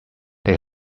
they